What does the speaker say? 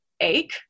ache